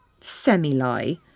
Semi-lie